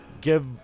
give